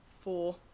Four